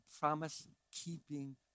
promise-keeping